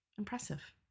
impressive